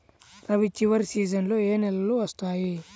రబీ చివరి సీజన్లో ఏ నెలలు వస్తాయి?